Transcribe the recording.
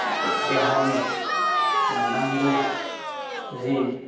देहानि नांगौ जे